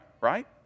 Right